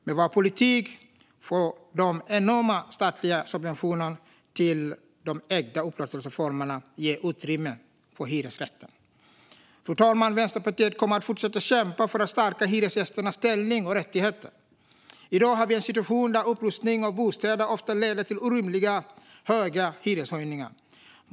Med vår politik får de enorma statliga subventionerna till de ägda upplåtelseformerna ge utrymme för hyresrätten. Fru talman! Vänsterpartiet kommer att fortsätta att kämpa för att stärka hyresgästernas ställning och rättigheter. I dag har vi en situation där upprustning av bostäder ofta leder till orimligt höga hyreshöjningar.